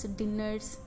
dinners